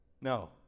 no